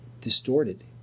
distorted